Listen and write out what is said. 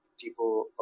people